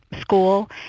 School